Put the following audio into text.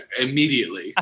immediately